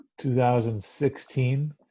2016